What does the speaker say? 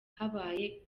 habaye